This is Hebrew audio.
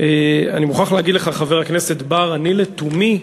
אני מוכרח להגיד לך, חבר הכנסת בר, אני לתומי,